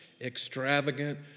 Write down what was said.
extravagant